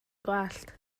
gwallt